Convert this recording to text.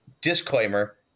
disclaimer